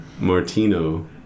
Martino